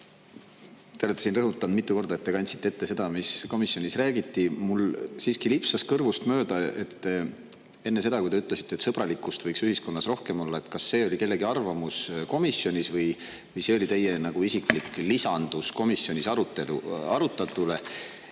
Te olete siin rõhutanud mitu korda, et te kandsite ette seda, mis komisjonis räägiti. Mul siiski lipsas kõrvust mööda, et enne, kui te ütlesite, et sõbralikkust võiks ühiskonnas rohkem olla, kas see oli kellegi arvamus komisjonis või see oli teie isiklik lisandus komisjonis arutatule.